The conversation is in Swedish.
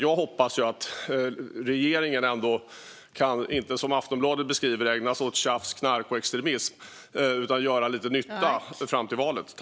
Jag hoppas att regeringen inte ska ägna sig åt, som Aftonbladet beskriver det, tjafs, knark och extremism utan göra lite nytta fram till valet.